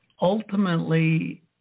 Ultimately